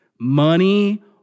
money